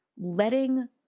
letting